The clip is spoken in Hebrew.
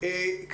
אז חברים,